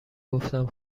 گفتم